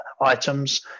items